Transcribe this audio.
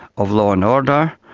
of law and order,